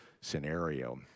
scenario